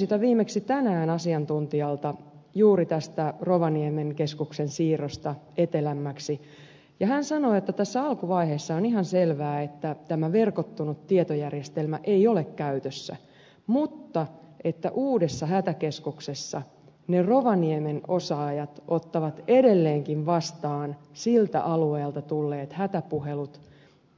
kysyin viimeksi tänään asiantuntijalta juuri tästä rovaniemen keskuksen siirrosta etelämmäksi ja hän sanoi että tässä alkuvaiheessa on ihan selvää että tämä verkottunut tietojärjestelmä ei ole käytössä mutta että uudessa hätäkeskuksessa ne rovaniemen osaajat ottavat edelleenkin vastaan siltä alueelta tulleet hätäpuhelut